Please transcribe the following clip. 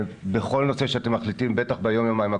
בכלל בשבועות האחרונים ובטח ב-48 השעות